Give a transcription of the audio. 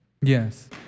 yes